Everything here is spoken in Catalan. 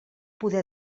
poder